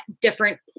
different